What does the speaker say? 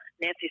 Nancy